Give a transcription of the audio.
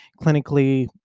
clinically